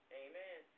amen